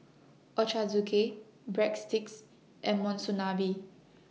Ochazuke Breadsticks and Monsunabe